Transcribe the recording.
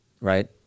right